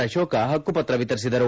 ಅಶೋಕ ಹಕ್ಕುಪತ್ರ ವಿತರಿಸಿದರು